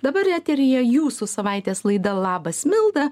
dabar eteryje jūsų savaitės laida labas milda